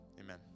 Amen